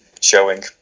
showing